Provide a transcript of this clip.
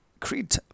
Creed